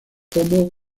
homo